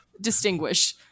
distinguish